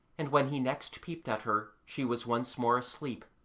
and when he next peeped at her she was once more asleep,